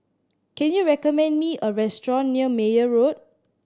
can you recommend me a restaurant near Meyer Road